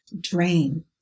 drain